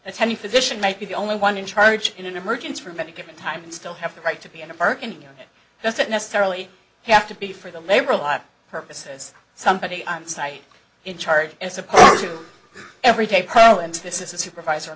attending physician might be the only one in charge in an emergency room any given time and still have the right to be in a park and you know it doesn't necessarily have to be for the labor life purposes somebody on site in charge as opposed to every day pro into this is a supervisor